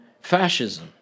fascism